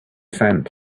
sand